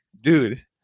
Dude